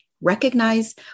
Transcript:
Recognize